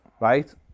right